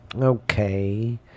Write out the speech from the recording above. Okay